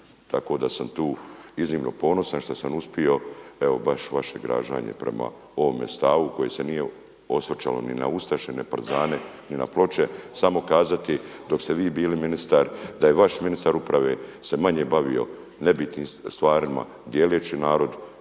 tako da sam tu iznimno ponosan što sam uspio evo baš vaše zgražanje prema ovome stavu koji se nije osvrtao ni na ustaše, ni na partizane, ni na ploče. Samo kazati dok ste vi bili ministar da je vaš ministar uprave, se manje bavio nebitnim stvarima dijeleći narod